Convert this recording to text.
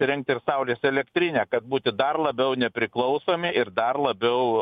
įsirengti ir saulės elektrinę kad būti dar labiau nepriklausomi ir dar labiau